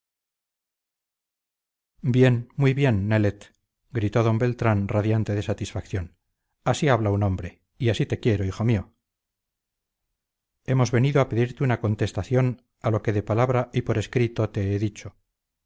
bien muy bien nelet gritó d beltrán radiante de satisfacción así habla un hombre y así te quiero hijo mío hemos venido a pedirte una contestación a lo que de palabra y por escrito te he dicho